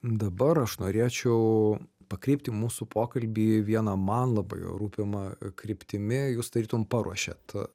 dabar aš norėčiau pakreipti mūsų pokalbį viena man labai rūpima kryptimi jūs tarytum paruošėt